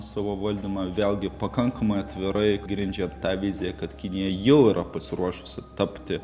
savo valdymą vėlgi pakankamai atvirai grindžia ta vizija kad kinija jau yra pasiruošusi tapti